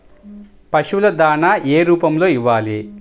పశువుల దాణా ఏ రూపంలో ఇవ్వాలి?